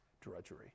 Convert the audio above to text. drudgery